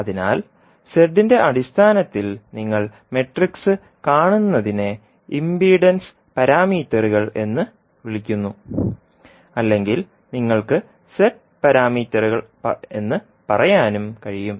അതിനാൽ ന്റെ അടിസ്ഥാനത്തിൽ നിങ്ങൾ മാട്രിക്സ് കാണുന്നതിനെ ഇംപിഡൻസ് പാരാമീറ്ററുകൾ എന്ന് വിളിക്കുന്നു അല്ലെങ്കിൽ നിങ്ങൾക്ക് z പാരാമീറ്ററുകൾ parameters എന്ന് പറയാനും കഴിയും